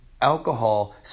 Alcohol